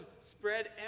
spread